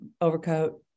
overcoat